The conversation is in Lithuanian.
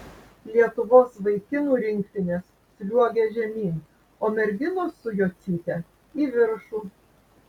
lietuvos vaikinų rinktinės sliuogia žemyn o merginos su jocyte į viršų